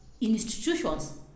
institutions